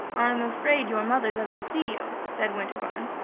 i am afraid your mother doesn't see you, said winterbourne.